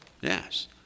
Yes